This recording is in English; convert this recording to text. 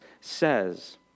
says